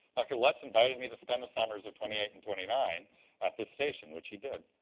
dr. lutz invited me to spend the summers of twenty eight and twenty nine at the station, which he did.